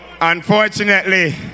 unfortunately